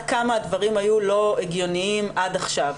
כמה הדברים לא היו הגיוניים עד עכשיו,